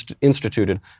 instituted